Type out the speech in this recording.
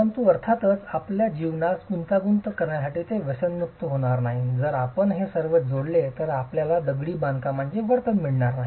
परंतु अर्थातच आपल्या जीवनास गुंतागुंत करण्यासाठी ते व्यसनमुक्त होणार नाही जर आपण हे सर्व जोडले तर आपल्याला दगडी बांधकामचे वर्तन मिळणार नाही